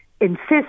insist